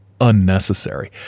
unnecessary